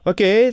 Okay